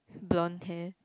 blonde hair